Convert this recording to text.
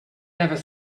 never